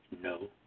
no